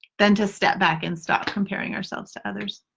then to step back and stop comparing ourselves to others.